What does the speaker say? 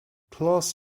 class